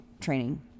training